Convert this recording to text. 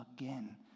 again